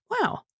wow